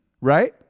Right